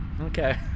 Okay